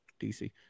DC